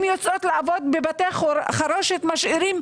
הנשים יוצאות לעבוד בבתי חרושת ומשאירות